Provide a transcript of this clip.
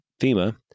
FEMA